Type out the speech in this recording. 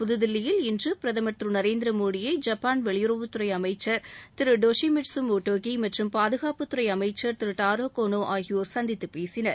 புதுதில்லியில் இன்று பிரதமர் திரு நரேந்திர மோடியை ஜப்பான் வெளியுறவுத்துறை அமைச்சர் திரு டோஷிமிட்சு மோட்டோகி மற்றம் பாதுகாப்புத்துறை அமைச்சர் திரு டாரா கோளோ ஆகியோர் சந்தித்தப் பேசினர்